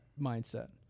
mindset